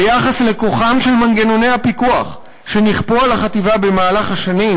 ביחס לכוחם של מנגנוני הפיקוח שנכפו על החטיבה במהלך השנים,